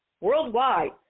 worldwide